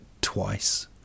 twice